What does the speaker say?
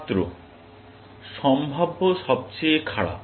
ছাত্র সম্ভাব্য সবচেয়ে খারাপ